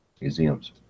museums